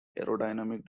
aerodynamic